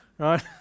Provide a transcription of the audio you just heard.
Right